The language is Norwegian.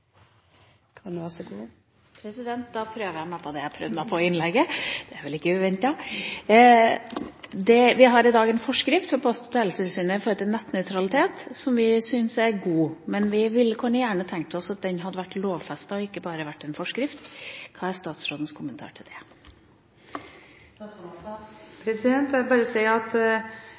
vel ikke uventet. Vi har i dag en forskrift for Post- og teletilsynet som gjelder nettnøytralitet, som vi syns er god. Men vi hadde gjerne sett at dette hadde vært lovfestet, og ikke bare vært en forskrift. Hva er statsrådens kommentar til det? Jeg vil bare si at